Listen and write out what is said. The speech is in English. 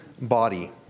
body